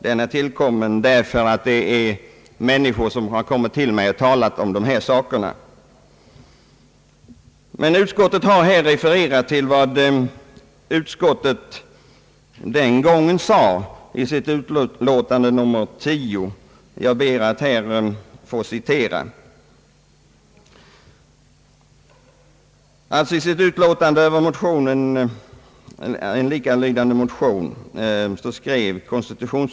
Den har tillkommit på grund av att människor har vänt sig till mig och talat om dessa problem. Utskottet refererar nu vad utskottet anförde i sitt utiåtande nr 10 år 1964 med anledning av likalydande motioner i frågan.